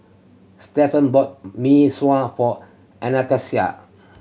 Stephan bought Mee Sua for Anastacia